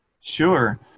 Sure